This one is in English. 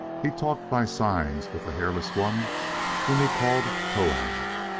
he talked by signs with the hairless one whom he called towahg.